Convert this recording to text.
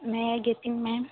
may I get in ma'am